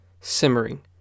Simmering